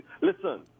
Listen